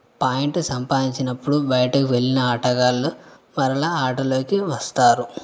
point సంపాదించినప్పుడు బయటకు వెళ్ళిన ఆటగాళ్ళు మరలా ఆటలోకి వస్తారు